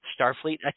Starfleet